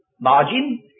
margin